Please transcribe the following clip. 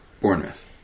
Bournemouth